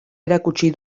erakutsi